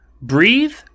Breathe